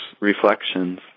reflections